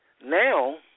now